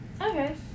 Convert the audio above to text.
Okay